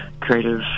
creative